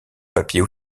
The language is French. papiers